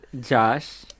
Josh